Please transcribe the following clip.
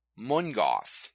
Mungoth